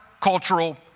cultural